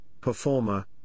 performer